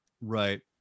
right